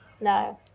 no